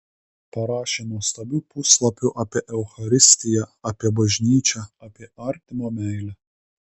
parašė nuostabių puslapių apie eucharistiją apie bažnyčią apie artimo meilę